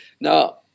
Now